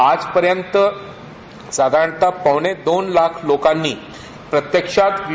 आजपर्यंत साधारणतः पावणेदोन लाख लोकांनी प्रत्येक्षात व्ही